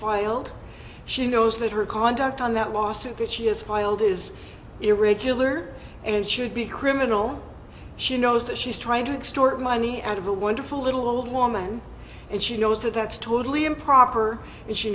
filed she knows that her conduct on that lawsuit that she has filed is irregular and should be criminal she knows that she's trying to extort money out of a wonderful little old woman and she knows that that's totally improper and she